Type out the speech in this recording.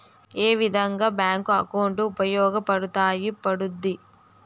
ఏ విధంగా bank account ఉపయోగపడతాయి పడ్తుంది